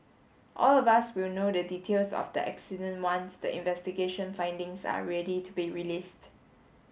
all of us will know the details of the accident once the investigation findings are ready to be released